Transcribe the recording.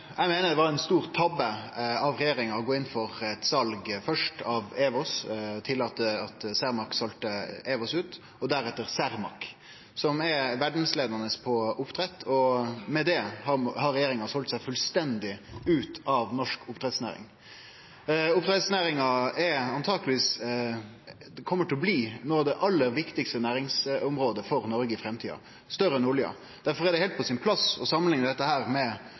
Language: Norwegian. Eg meiner det var ein stor tabbe av regjeringa å gå inn for eit sal, først av EWOS – tillate at Cermaq selde EWOS ut – og deretter av Cermaq, som er verdsleiande på oppdrett. Med det har regjeringa seld seg fullstendig ut av norsk oppdrettsnæring. Oppdrettsnæringa kjem antakeleg til å bli eit av dei aller viktigaste næringsområda for Noreg i framtida – større enn olja. Difor er det heilt på sin plass å samanlikne dette med